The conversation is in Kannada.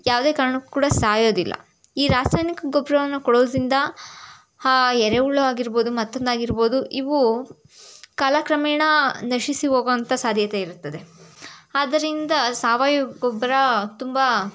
ಯಾವುದೇ ಕಾರಣಕ್ಕೂ ಕೂಡ ಸಾಯೋದಿಲ್ಲ ಈ ರಾಸಾಯನಿಕ ಗೊಬ್ಬರವನ್ನ ಕೊಡೋದರಿಂದ ಆ ಎರೆಹುಳ ಆಗಿರ್ಬೋದು ಮತ್ತೊಂದು ಆಗಿರ್ಬೋದು ಇವು ಕಾಲಕ್ರಮೇಣ ನಶಿಸಿ ಹೋಗುವಂಥ ಸಾಧ್ಯತೆ ಇರುತ್ತದೆ ಆದ್ದರಿಂದ ಸಾವಯವ ಗೊಬ್ಬರ ತುಂಬ